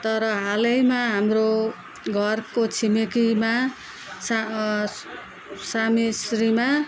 तर हालैमा हाम्रो घरको छिमेकीमा सा